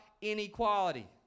inequality